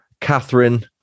Catherine